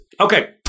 Okay